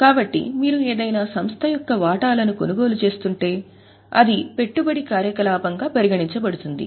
కాబట్టి మీరు ఏదైనా సంస్థ యొక్క వాటాలను కొనుగోలు చేస్తుంటే అది పెట్టుబడి కార్యకలాపంగా పరిగణించబడుతుంది